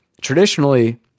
traditionally